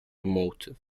motive